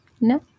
no